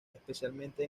especialmente